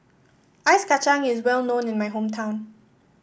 Ice Kacang is well known in my hometown